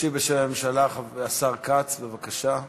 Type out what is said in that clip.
ישיב בשם הממשלה השר כץ, בבקשה.